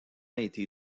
été